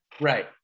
Right